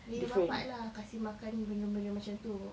dia punya bapa lah kasih makan benda-benda macam tu